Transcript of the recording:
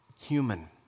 human